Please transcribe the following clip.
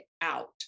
out